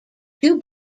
two